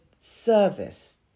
service